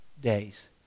days